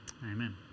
Amen